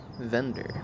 vendor